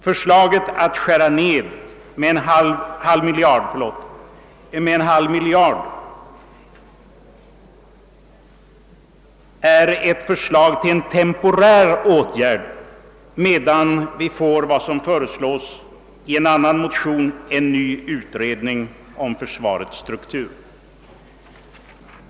Förslaget att skära ned försvarsanslaget och minska utgiftsramen med en halv miljard är ett förslag till en temporär åtgärd i väntan på att vi får något som föreslås i en annan motion, nämligen en ny utredning om försvarets struktur.